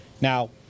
Now